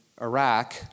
Iraq